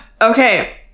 Okay